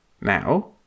Now